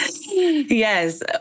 Yes